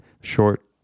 Short